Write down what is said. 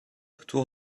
autour